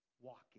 walking